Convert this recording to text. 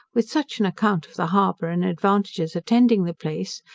with such an account of the harbour and advantages attending the place,